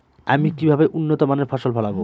আমি কিভাবে উন্নত মানের ফসল ফলাব?